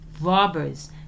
robbers